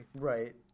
Right